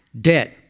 debt